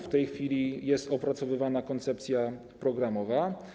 W tej chwili jest opracowywana koncepcja programowa.